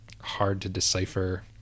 hard-to-decipher